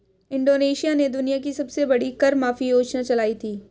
Indonesia ने दुनिया की सबसे बड़ी कर माफी योजना चलाई थी